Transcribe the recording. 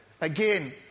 again